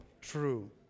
True